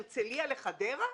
הרצליה וחדרה?